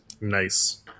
Nice